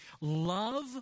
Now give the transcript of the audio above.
Love